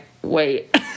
Wait